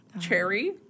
cherry